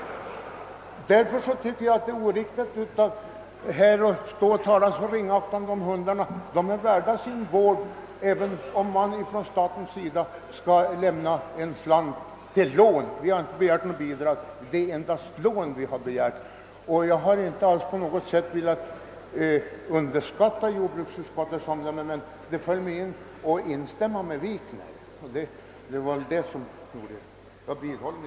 Därför tycker jag att det är oriktigt att här tala ringaktande om hundarna. De är värda sin vård, även om staten skulle lämna en slant som lån. Vi har inte begärt något bidrag, ty det är endast fråga om lån. Jag har inte på något sätt velat underskatta jordbruksutskottets omdöme, men det föll mig in att här instämma med herr Wikner. Jag vidhåller mitt yrkande.